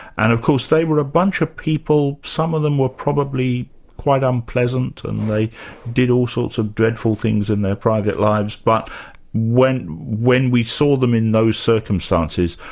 and of course they were a bunch of people, some of them were probably quite unpleasant, and they did all sorts of dreadful things in their private lives, but when when we saw them in those circumstances,